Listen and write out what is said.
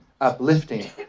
uplifting